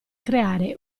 creare